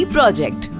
Project